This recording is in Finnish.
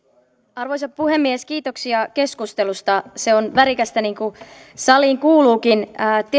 arvoisa puhemies kiitoksia keskustelusta se on värikästä niin kuin saliin kuuluukin